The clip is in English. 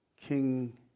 King